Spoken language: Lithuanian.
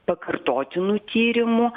pakartotinų tyrimų